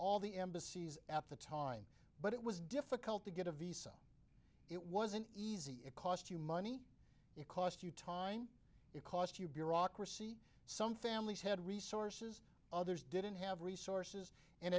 all the embassies at the time but it was difficult to get a visa it wasn't easy it cost you money it cost you time it cost you bureaucracy some families had resources others didn't have resources and